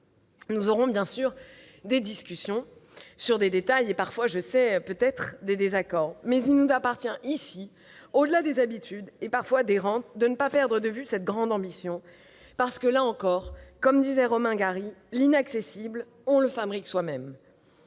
Nous aurons, bien sûr, des discussions sur des détails ; nous aurons parfois, je le sais, des désaccords. Mais il nous appartient ici, au-delà des habitudes et, parfois, des rentes, de ne pas perdre de vue cette grande ambition, parce que, là encore, comme disait Romain Gary, « l'inaccessible, on le fabrique soi-même